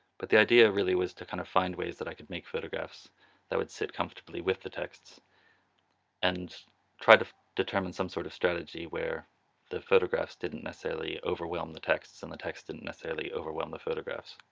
but the idea really was to kind of find ways that i could make photographs that would sit comfortably with the texts and try to determine some sort of strategy where the photographs didn't necessarily overwhelm the texts and the text didn't necessarily overwhelm the photographs.